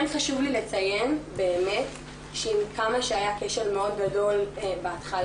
כן חשוב לי לציין באמת שעם כמה שהיה כשל מאוד גדול בהתחלה,